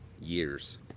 years